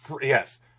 yes